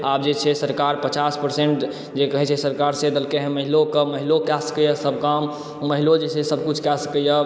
आब जे छै सरकार पचास परसेन्ट जे कहै छै सरकार से देलकै हँ महिलोके महिलो कए सकैया सब काम महिलो जे छै सब किछु कए सकैया